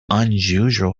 unusual